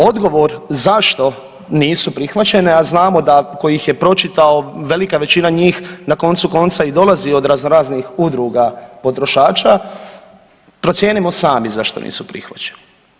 Odgovor zašto nisu prihvaćene, a znamo da tko ih je pročitao velika većina njih na koncu konca dolazi od razno raznih udruga potrošača procijenimo sami zašto nisu prihvaćeni.